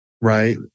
right